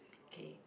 okay